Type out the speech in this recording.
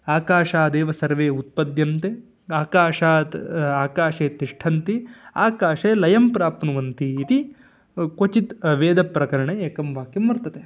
आकाशादेव सर्वे उत्पद्यन्ते आकाशात् आकाशे तिष्ठन्ति आकाशे लयं प्राप्नुवन्ति इति क्वचित् वेदप्रकरणे एकं वाक्यं वर्तते